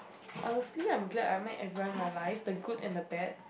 honestly I'm glad I met everyone in my life the good and the bad